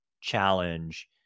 challenge